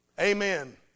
Amen